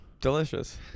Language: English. Delicious